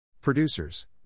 Producers